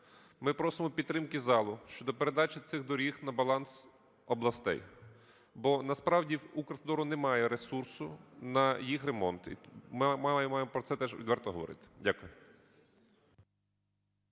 Ми просимо підтримки залу щодо передачі цих доріг на баланс областей, бо насправді в "Укравтодору" немає ресурсу на їх ремонти. Маємо про це теж відверто говорити. Дякую.